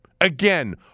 Again